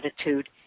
attitude